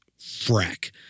frack